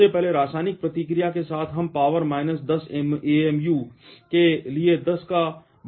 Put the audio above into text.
सबसे पहले रासायनिक प्रतिक्रिया के साथ हम पावर माइनस 10 AMU के लिए 10 का बड़े पैमाने पर दोष देख रहे हैं